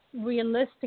realistic